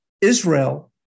Israel